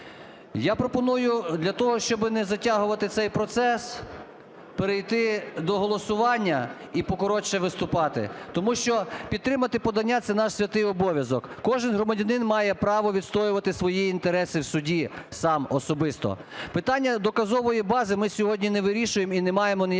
того, щоби не затягувати цей процес, перейти до голосування і покоротше виступати, тому що підтримати подання – це наш святий обов'язок. Кожен громадянин має право відстоювати свої інтереси в суді сам особисто. Питання доказової бази ми сьогодні не вирішуємо і не маємо ніякого